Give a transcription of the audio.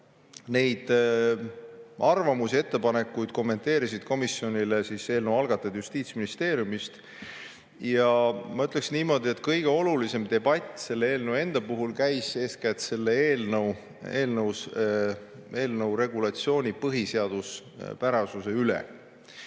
Neid arvamusi ja ettepanekuid kommenteerisid komisjonile eelnõu algatajad Justiitsministeeriumist. Ma ütleksin niimoodi, et kõige olulisem debatt selle eelnõu enda puhul käis eeskätt selle eelnõu regulatsiooni põhiseaduspärasuse üle.